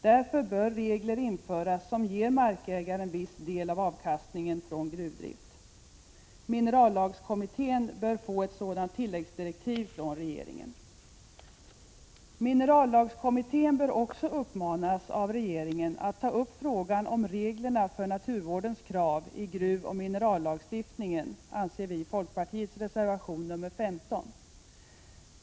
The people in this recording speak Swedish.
Därför bör regler införas som ger markägaren viss del av avkastningen från gruvdrift. Minerallagskommittén bör få ett sådant tilläggsdirektiv från regeringen. Minerallagskommittén bör också uppmanas av regeringen att ta upp frågan om reglerna för naturvårdens krav i gruvoch minerallagstiftningen. Det anser vi i folkpartiet i reservation 15.